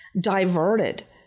diverted